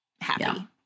happy